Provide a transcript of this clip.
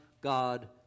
God